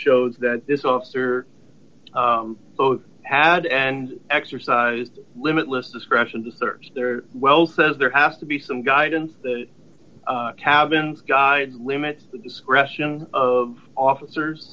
shows that this officer both had and exercised limitless discretion to search their well says there has to be some guidance cabin's guide limits the discretion of officers